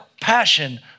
passion